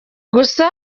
gusa